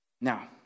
Now